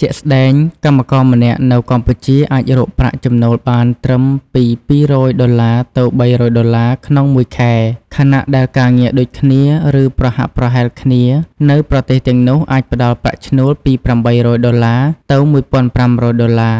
ជាក់ស្ដែង កម្មករម្នាក់នៅកម្ពុជាអាចរកប្រាក់ចំណូលបានត្រឹមពី ២០០ដុល្លា ទៅ ៣០០ដុល្លា ក្នុងមួយខែ ខណៈដែលការងារដូចគ្នា ឬប្រហាក់ប្រហែលគ្នានៅប្រទេសទាំងនោះ អាចផ្ដល់ប្រាក់ឈ្នួលពី៨០០ដុល្លា ទៅ ១៥០០ដុល្លា